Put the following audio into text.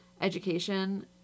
education